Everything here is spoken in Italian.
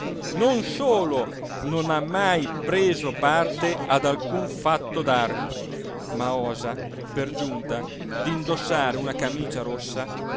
non solo non ha mai preso parte ad alcun fatto d'armi ma osa per giunta d'indossare una camicia rossa